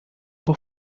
por